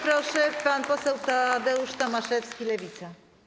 Bardzo proszę, pan poseł Tadeusz Tomaszewski, Lewica.